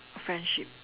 friendship